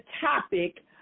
topic